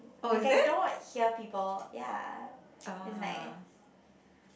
like I don't wanna hear people ya it's nice